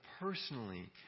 personally